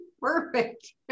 perfect